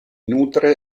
nutre